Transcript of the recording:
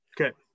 Okay